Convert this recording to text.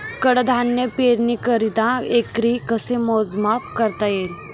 कडधान्य पेरणीकरिता एकरी कसे मोजमाप करता येईल?